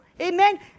Amen